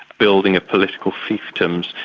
building of political fiefdoms,